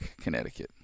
Connecticut